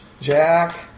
Jack